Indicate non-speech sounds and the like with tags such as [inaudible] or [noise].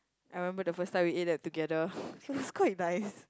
I remember the first time we ate that together [laughs] it was quite nice